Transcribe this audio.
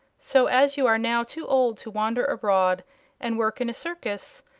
so, as you are now too old to wander abroad and work in a circus,